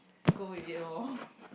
go with it loh